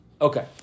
Okay